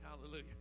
Hallelujah